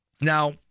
now